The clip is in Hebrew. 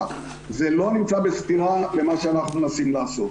כי אני מרגישה שכאילו אנחנו מדברים קצת מסביב לעניין עצמו.